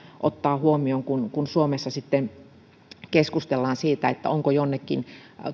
ottaa huomioon kun kun suomessa keskustellaan siitä onko jonnekin